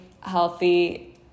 healthy